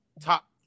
top